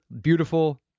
beautiful